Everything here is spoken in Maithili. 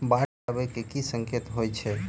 बाढ़ आबै केँ की संकेत होइ छै?